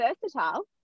versatile